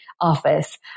office